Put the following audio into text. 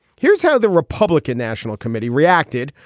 here's how the republican national committee reacted.